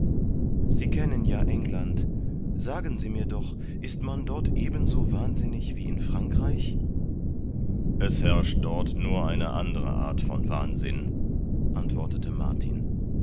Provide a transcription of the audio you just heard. sie kennen ja england sagen sie mir doch ist man dort eben so wahnsinnig wie in frankreich es herrscht dort nur eine andere art von wahnsinn antwortete martin